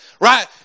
right